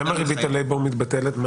למה ריבית הליבור מתבטלת?